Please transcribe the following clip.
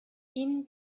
ihnen